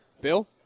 Bill